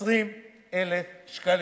20,000 שקלים.